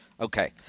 Okay